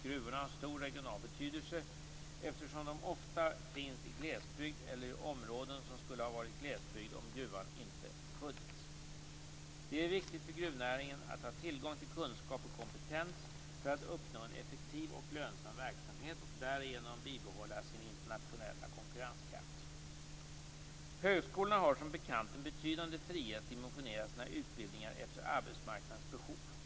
Gruvorna har stor regional betydelse, eftersom de ofta finns i glesbygd eller i områden som skulle ha varit glesbygd om gruvan inte funnits. Det är viktigt för gruvnäringen att ha tillgång till kunskap och kompetens för att uppnå en effektiv och lönsam verksamhet och därigenom bibehålla sin internationella konkurrenskraft. Högskolorna har som bekant en betydande frihet att dimensionera sina utbildningar efter arbetsmarknadens behov.